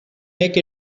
make